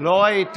לא ראיתי.